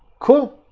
cool,